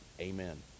amen